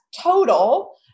total